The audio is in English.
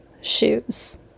shoes